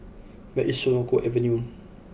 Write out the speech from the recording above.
where is Senoko Avenue